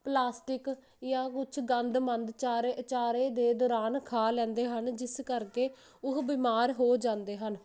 plastic ਜਾਂ ਕੁਛ ਗੰਦ ਮੰਦ ਚਾਰੇ ਚਾਰੇ ਦੇ ਦੌਰਾਨ ਖਾ ਲੈਂਦੇ ਹਨ ਜਿਸ ਕਰਕੇ ਉਹ ਬਿਮਾਰ ਹੋ ਜਾਂਦੇ ਹਨ